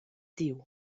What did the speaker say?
diu